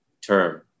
term